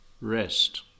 rest